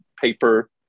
paper